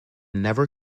never